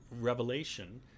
revelation